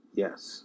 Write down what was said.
yes